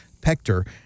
Pector